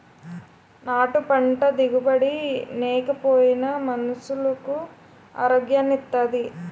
నాటు పంట దిగుబడి నేకపోయినా మనుసులకు ఆరోగ్యాన్ని ఇత్తాది